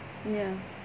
ya